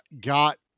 got